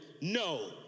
no